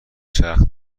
چرخ